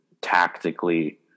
tactically